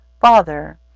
Father